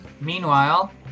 Meanwhile